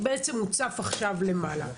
בעצם הוא צף עכשיו למעלה.